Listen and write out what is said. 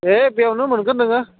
है बेयावनो मोनगोन नोङो